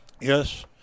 yes